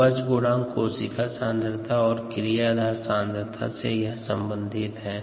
उपज गुणांक कोशिका सांद्रता और क्रियाधार सांद्रता से संबंधित है